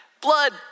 Blood